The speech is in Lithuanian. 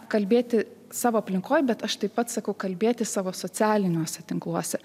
kalbėti savo aplinkoj bet aš taip pat sakau kalbėti savo socialiniuose tinkluose